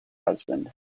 husband